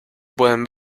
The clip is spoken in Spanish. pueden